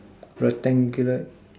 rectangular